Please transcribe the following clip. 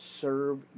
serve